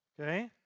Okay